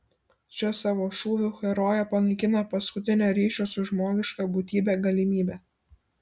čia savo šūviu herojė panaikina paskutinę ryšio su žmogiška būtybe galimybę